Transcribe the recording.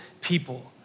people